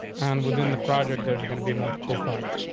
and within the project, there's gonna be multiple files.